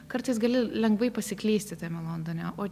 kartais gali lengvai pasiklysti tame londone o